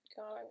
God